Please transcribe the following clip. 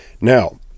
Now